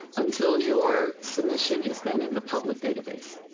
until your submission is then in the public database.